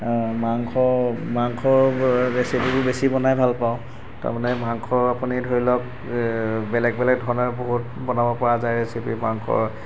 মাংস মাংসৰ ৰেচিপিটো বেছি বনাই ভাল পাওঁ তাৰমানে মাংস আপুনি ধৰি লওক বেলেগ বেলেগ ধৰণে বহুত বনাব পৰা যায় ৰেচিপি মাংসৰ